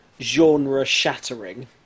genre-shattering